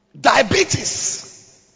Diabetes